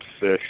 Fish